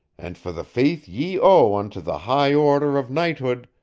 and for the faith ye owe unto the high order of knighthood,